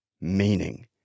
meaning